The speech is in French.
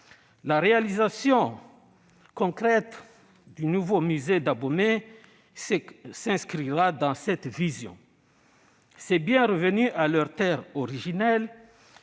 La réalisation concrète du nouveau musée d'Abomey s'inscrira dans cette vision. Ces biens, revenus à leur terre originelle,